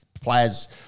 Players